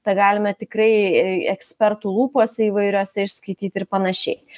tą galime tikrai e ekspertų lūpose įvairiose išskaityt ir panašiai